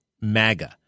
MAGA